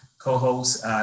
co-host